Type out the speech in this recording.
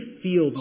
feel